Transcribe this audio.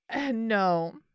No